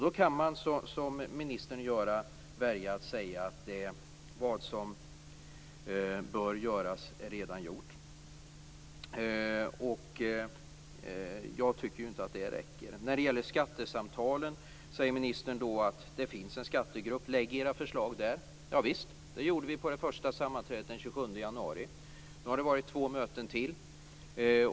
Då kan man som ministern välja att säga att vad som bör göras redan är gjort. Jag tycker inte att det räcker. När det gäller skattesamtalen säger ministern: Det finns en skattegrupp där ni kan lägga fram era förslag. Javisst, det gjorde vi på det första sammanträdet den 27 januari. Därefter har det varit två möten till.